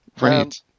Right